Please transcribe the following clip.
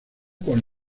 con